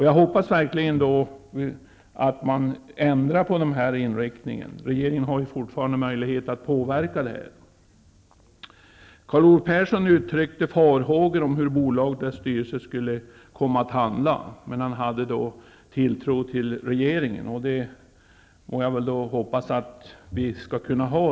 Jag hoppas verkligen att man ändrar på den här inriktningen, eftersom regeringen fortfarande har möjlighet att påverka detta. Carl Olov Persson uttryckte farhågor för hur bolaget och dess styrelse skulle komma att handla. Han hade emellertid tilltro till regeringen, vilket jag hoppas att vi skall kunna ha.